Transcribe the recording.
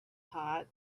hot